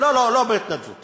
בהתנדבות